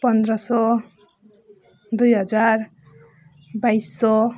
पन्ध्र सौ दुई हजार बाइस सौ